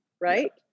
right